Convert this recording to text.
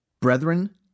Brethren